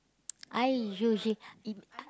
I usually uh